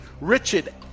Richard